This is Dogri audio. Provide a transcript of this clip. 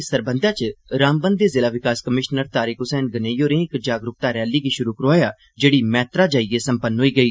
इस सरबंधी च रामबन दे जिला विकास कमीष्नर तारीक हुसैन गनेई होरें इक जागरूक्ता रैली गी षुरू करौआया जेडी मैत्रा जाइयै सम्पन्न होई गेई